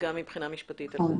גם מבחינה משפטית.